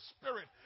spirit